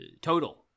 total